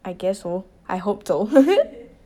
I guess so I hope though